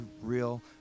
real